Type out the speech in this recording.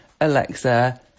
Alexa